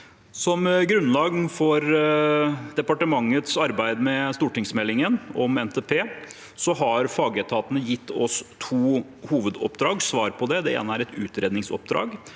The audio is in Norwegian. Som grunnlag for departementets arbeid med stortingsmeldingen om NTP har fagetatene gitt oss svar på to hovedoppdrag. Det ene er et utredningsoppdrag,